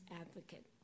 Advocate